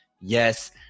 yes